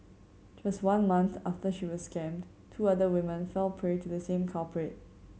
just one month after she was scammed two other women fell prey to the same culprit